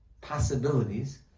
possibilities